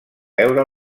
veure